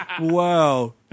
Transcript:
wow